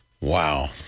wow